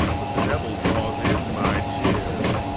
but the devil draws in my tears.